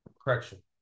correction